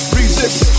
resist